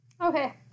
Okay